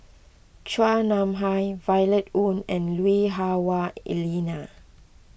Chua Nam Hai Violet Oon and Lui Hah Wah Elena